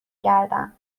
گردم